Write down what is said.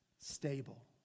Stable